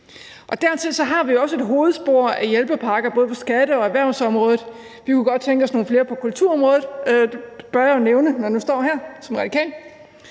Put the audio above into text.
dertil har vi også et hovedspor af hjælpepakker både på skatte- og erhvervsområdet. Vi kunne godt tænke os nogle flere tiltag på kulturområdet – det bør jeg jo nævne, når jeg nu står her som radikal.